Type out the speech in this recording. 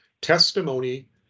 Testimony